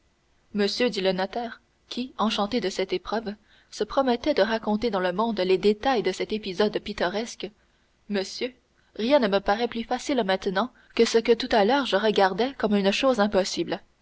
monsieur dit le notaire qui enchanté de cette épreuve se promettait de raconter dans le monde les détails de cet épisode pittoresque monsieur rien ne me paraît plus facile maintenant que ce que tout à l'heure je regardais comme une chose impossible